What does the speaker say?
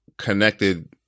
Connected